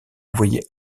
envoyés